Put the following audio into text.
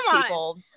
people